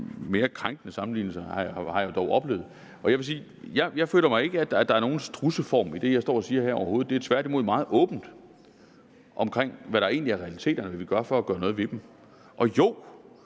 Mere krænkende sammenligning har jeg dog oplevet, og jeg vil sige, at jeg ikke føler, at der er nogen strudseform i det, jeg står og siger her overhovedet. Det er tværtimod meget åbent, med hensyn til hvad der egentlig er realiteter, og hvad vi vil gøre for at gøre noget ved det. Og jo,